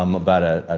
um about ah a